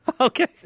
Okay